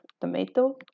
tomato